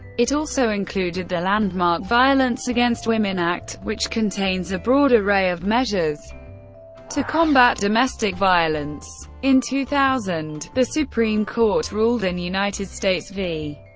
it also included the landmark violence against women act, which contains a broad array of measures to combat domestic violence. in two thousand, the supreme court ruled in united states v.